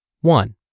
One